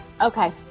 Okay